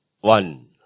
One